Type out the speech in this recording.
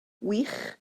wych